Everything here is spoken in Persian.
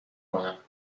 کنم